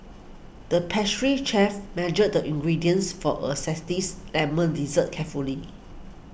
the pastry chef measured the ingredients for a zesty Lemon Dessert carefully